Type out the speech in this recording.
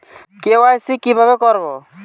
KYC কিভাবে করব?